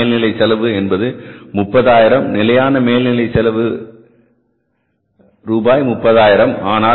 நிலையான மேல்நிலை என்பது 30000 நிலையான மேல் நிலை செலவு ரூபாய் 30000